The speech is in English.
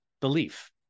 belief